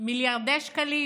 מיליארדי שקלים